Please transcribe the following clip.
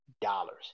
dollars